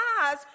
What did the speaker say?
eyes